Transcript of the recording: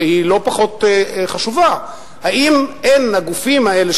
שהיא לא פחות חשובה: האם אין הגופים האלה,